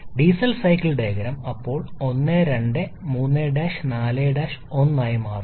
diesel cycle diagram ഇപ്പോൾ 1 2 3' 4' 1 ആയി മാറുന്നു